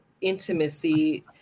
intimacy